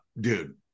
dude